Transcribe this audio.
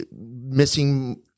missing